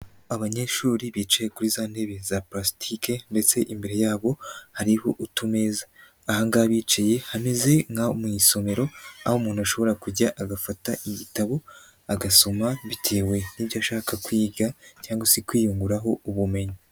Abanyeshuri bicaye kuri za ntebe za palastike ndetse imbere yabo hariho utumeza, ahangaha bicaye hameze nko mu isomero, aho umuntu ashobora kujya agafata igitabo agasoma bitewe n'ibyo ashaka kwiga cyangwa se kwiyunguraho ubumenyi.